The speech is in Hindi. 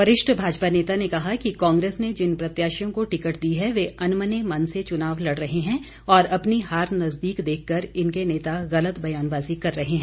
वरिष्ठ भाजपा नेता ने कहा कि कांग्रेस ने जिन प्रत्याशियों को टिकट दी है वे अनमने मन से चुनाव लड़ रहे हैं और अपनी हार नजदीक देखकर इनके नेता गलत बयानबाजी कर रहे हैं